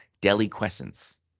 Deliquescence